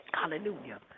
hallelujah